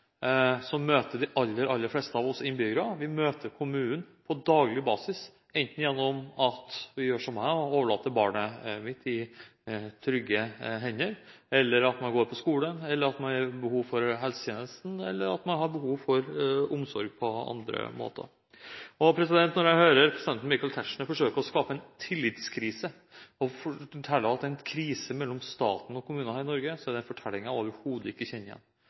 innbyggere møter kommunen på daglig basis, enten gjennom at vi – som jeg – overlater barna i trygge hender i barnehagen, eller ved å gå på skole, har behov for helsetjenester eller har behov for omsorg på andre måter. Representanten Michael Tetzschner forsøker å skape en tillitskrise og forteller at det er en krise mellom staten og kommunene i Norge. Det er en fortelling jeg overhodet ikke